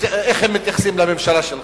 איך הם מתייחסים לממשלה שלך?